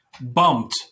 bumped